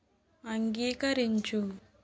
అంగీకరించు